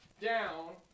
down